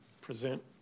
present